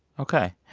ok.